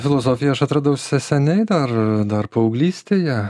filosofiją aš atradau se seniai dar dar paauglystėje